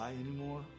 anymore